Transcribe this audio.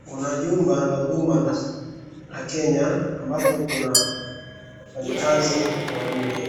Kuna jumba la huduma la Kenya ambapo kuna wafanyikazi wanne na